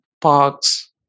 parks